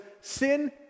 sin